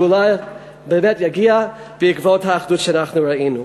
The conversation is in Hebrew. הגאולה באמת תגיע בעקבות האחדות שאנחנו ראינו.